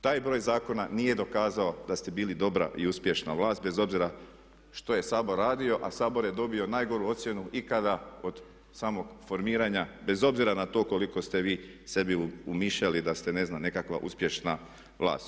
Taj broj zakona nije dokazao da ste bili dobra i uspješna vlast bez obzira što je Sabor radio, a Sabor je dobio najgoru ocjenu ikada od samog formiranja bez obzira na to koliko ste vi sebi umišljali da ste ne znam nekakva uspješna vlast.